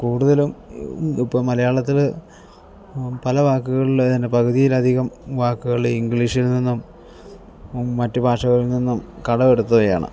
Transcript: കൂടുതലും ഇപ്പം മലയാളത്തിൽ പല വാക്കുകളിൽ തന്നെ പകുതിയിൽ അധികം വാക്കുകൾ ഇ ഇംഗ്ലീഷിൽ നിന്നും മറ്റ് ഭാഷകളിൽ നിന്നും കടം എടുത്തതാണ്